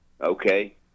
Okay